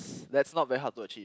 that's not very hard to achieve